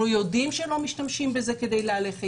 אנחנו יודעים שהם לא משתמשים בזה כדי להלך אימים,